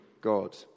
God